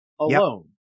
alone